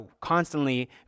constantly